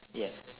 ya